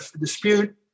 dispute